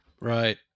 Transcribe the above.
Right